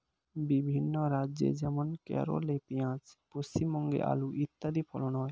বিভিন্ন রাজ্য যেমন কেরলে পেঁয়াজ, পশ্চিমবঙ্গে আলু ইত্যাদি ফসল হয়